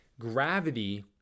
gravity